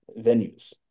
venues